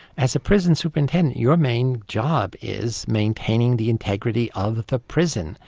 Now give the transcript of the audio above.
as the prison superintendent your main job is maintaining the integrity of the the prison.